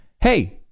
hey